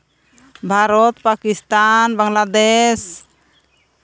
Bharat Pakistan Bangladesh